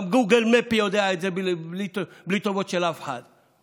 גם Google Maps יודע את זה בלי טובות של אף אחד.